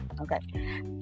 Okay